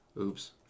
Oops